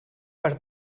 per